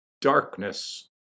Darkness